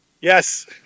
Yes